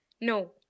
No